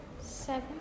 Seven